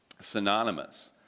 synonymous